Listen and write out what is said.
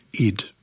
Id